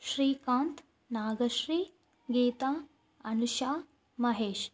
Srikanth Nagashree Geetha Anusha Mahesh